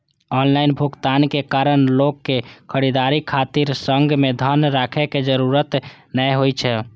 online भुगतानक कारण लोक कें खरीदारी खातिर संग मे धन राखै के जरूरत नै होइ छै